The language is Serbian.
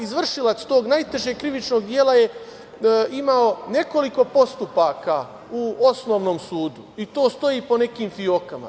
Izvršilac tog najtežeg krivičnog dela je imao nekoliko postupaka u osnovnom sudu i to stoji po nekim fiokama.